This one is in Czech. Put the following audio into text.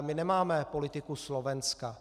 My nemáme politiku Slovenska.